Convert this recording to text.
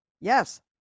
yes